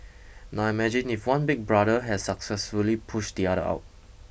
now imagine if one big brother has successfully pushed the other out